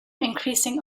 increasing